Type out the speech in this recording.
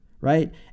Right